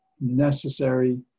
necessary